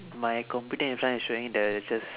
my computer in front is showing the it's just